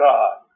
God